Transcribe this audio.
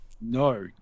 No